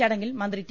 ചടങ്ങിൽ മന്ത്രി ടി